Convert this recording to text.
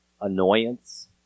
annoyance